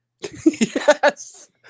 Yes